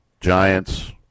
Giants